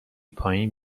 پایین